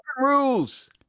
rules